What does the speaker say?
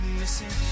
missing